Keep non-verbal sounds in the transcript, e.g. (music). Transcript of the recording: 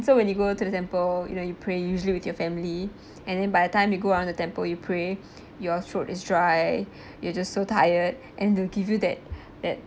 so when you go to the temple you know you pray usually with your family (laughs) and then by the time you go on the temple you pray your throat is dry you just so tired and they'll give you that that